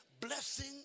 Blessing